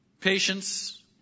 patience